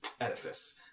edifice